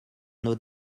nos